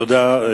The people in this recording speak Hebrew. תודה.